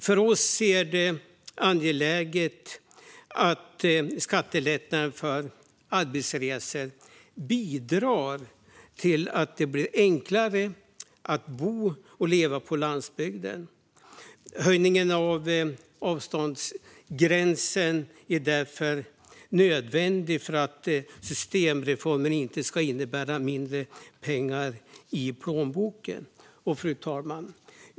För oss är det viktigt att skattelättnader för arbetsresor bidrar till att det blir enklare att bo och leva på landsbygden. Höjningen av avståndsgränsen är därför nödvändig för att systemreformen inte ska innebära mindre pengar i plånboken. Fru talman!